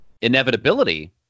inevitability